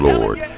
Lord